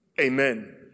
Amen